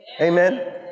Amen